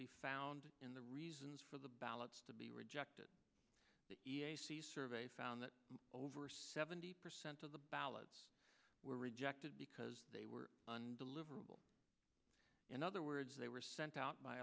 be found in the reasons for the ballots to be rejected the survey found that over seventy percent of the ballots were rejected because they were undeliverable in other words they were sent out by